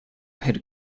had